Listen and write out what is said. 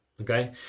Okay